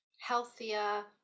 healthier